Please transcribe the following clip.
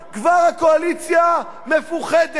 כבר הקואליציה מפוחדת,